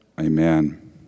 Amen